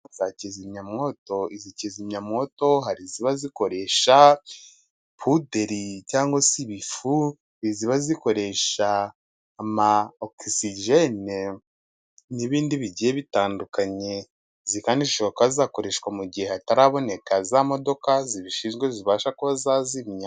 Za kizimyamwoto, izi kizimyamwoto hari iziba zikoresha, puderi cyangwa se ibifu, hari iziba zikoresha ama "oxygen" n'ibindi bigiye bitandukanye. Izi kandi zishobora kuba zakoreshwa mu gihe hataraboneka za modoka zibishinzwe, zibasha kuba zazimya.